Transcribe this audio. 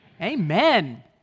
amen